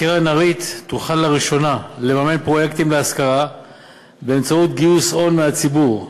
קרן הריט תוכל לראשונה לממן פרויקטים להשכרה באמצעות גיוס הון מהציבור.